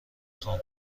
خوام